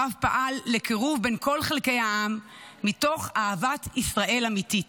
הרב פעל לקירוב בין כל חלקי העם מתוך אהבת ישראל אמיתית.